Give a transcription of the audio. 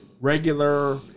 regular